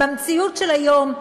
במציאות של היום,